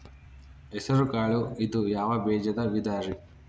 ಹೆಸರುಕಾಳು ಇದು ಯಾವ ಬೇಜದ ವಿಧರಿ?